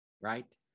Right